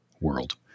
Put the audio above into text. world